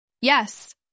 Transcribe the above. Yes